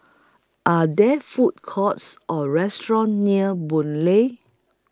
Are There Food Courts Or restaurants near Boon Lay